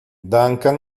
duncan